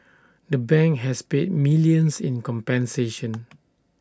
the bank has paid millions in compensation